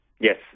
Yes